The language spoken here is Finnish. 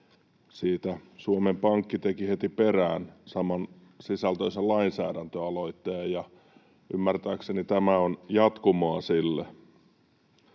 Siitä Suomen Pankki teki heti perään samansisältöisen lainsäädäntöaloitteen, ja ymmärtääkseni tämä on jatkumoa sille.